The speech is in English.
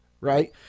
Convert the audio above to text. right